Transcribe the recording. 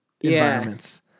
environments